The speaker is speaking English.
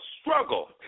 struggle